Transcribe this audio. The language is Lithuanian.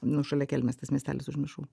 nu šalia kelmės tas miestelis užmiršau